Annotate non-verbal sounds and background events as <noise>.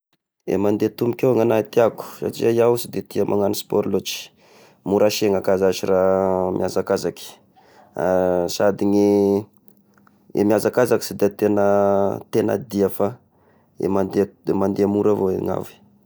Eh mandeha tomboky io ny niahy no tiako satria iaho sy da tia magnano sport loatry, mora sagnaka ahy zashy raha mihazakazaky, <hesitation> sady ny mihazakazaky sy da tegna dia fa i mandeha to-mora avao ny avy.